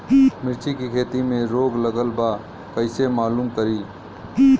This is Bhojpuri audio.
मिर्ची के खेती में रोग लगल बा कईसे मालूम करि?